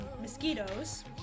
mosquitoes